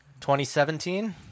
2017